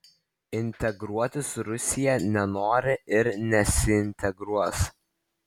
integruotis rusija nenori ir nesiintegruos